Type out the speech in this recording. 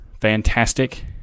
fantastic